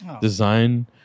design